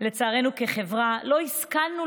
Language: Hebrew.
כחברה לא השכלנו